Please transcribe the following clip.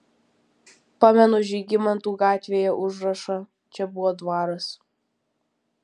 pamenu žygimantų gatvėje užrašą čia buvo dvaras